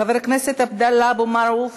חבר הכנסת עבדאללה אבו מערוף,